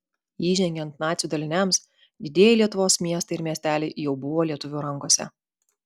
įžengiant nacių daliniams didieji lietuvos miestai ir miesteliai jau buvo lietuvių rankose